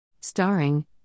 Starring